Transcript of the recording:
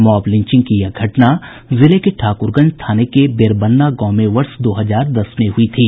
mob lynching की यह घटना जिले के ठाक्रगंज थाने के बेरबन्ना गांव में वर्ष दो हजार दस में हुयी थी